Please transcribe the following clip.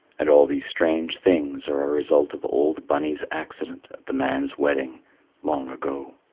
and all these strange things are a result of old bunny's accident at the man's wedding long ago.